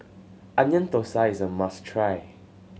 Onion Thosai is a must try